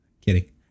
Kidding